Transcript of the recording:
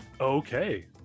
Okay